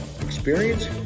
experience